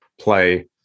play